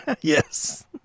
Yes